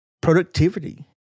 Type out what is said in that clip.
productivity